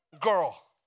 girl